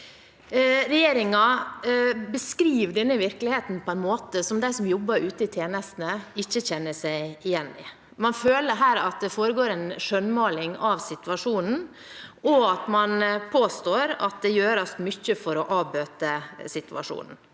Regjeringen beskriver denne virkeligheten på en måte som de som jobber ute i tjenestene, ikke kjenner seg igjen i. Man føler her at det foregår en skjønnmaling av situasjonen, og at det påstås at det gjøres mye for å avbøte situasjonen.